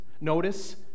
notice